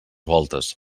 voltes